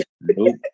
Nope